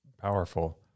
powerful